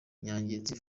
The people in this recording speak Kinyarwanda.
nyangezi